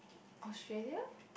Australia